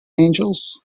angels